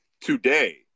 today